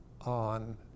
on